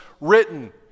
written